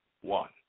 one